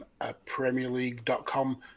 PremierLeague.com